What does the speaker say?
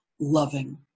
loving